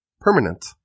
permanent